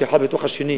אחד של השני.